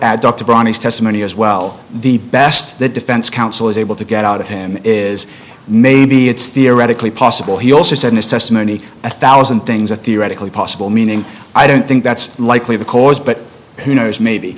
at dr braun his testimony as well the best the defense counsel is able to get out of him is maybe it's theoretically possible he also said this testimony a thousand things a theoretically possible meaning i don't think that's likely the cause but who knows maybe